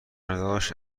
نداشت